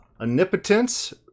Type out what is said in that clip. omnipotence